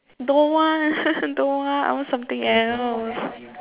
don't want don't want I want something else